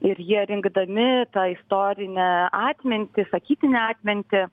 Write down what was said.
ir jie rinkdami tą istorinę atmintį sakytinę atmintį